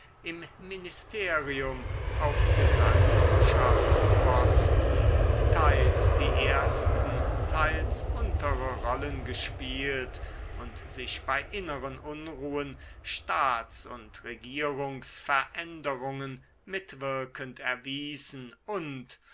im ministerium auf gesandtschaftsposten teils die ersten teils untere rollen gespielt und sich bei inneren unruhen staats und regierungsveränderungen mitwirkend erwiesen und